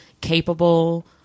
capable